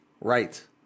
Right